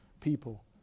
people